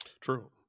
true